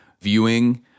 viewing